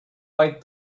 white